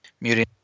muting